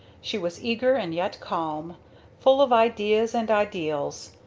she was eager and yet calm full of ideas and ideals,